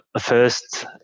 first